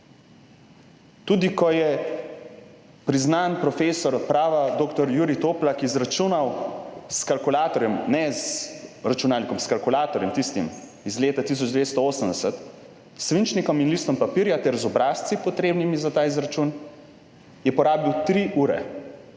Tudi ko je priznan profesor prava dr. Jurij Toplak izračunal s kalkulatorjem, ne z računalnikom, s kalkulatorjem, tistim iz leta 1980, s svinčnikom in listom papirja ter z obrazci, potrebnimi za ta izračun, je porabil 3 ure